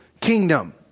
kingdom